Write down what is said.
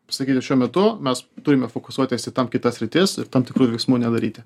pasakyti šiuo metu mes turime fokusuotis į tam kitas sritis ir tam tikrų veiksmų nedaryti